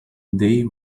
they